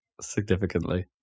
significantly